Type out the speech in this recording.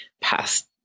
past